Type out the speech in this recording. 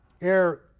air